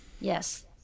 Yes